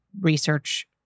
research